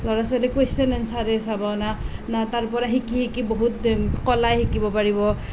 ল'ৰা ছোৱালীয়ে কুৱেচন আনছাৰেই চাব না তাৰ পৰা শিকি শিকি বহুত কলা শিকিব পাৰিব